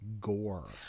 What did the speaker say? gore